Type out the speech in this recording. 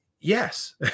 Yes